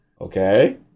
Okay